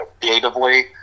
creatively